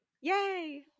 Yay